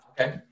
Okay